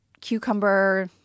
cucumber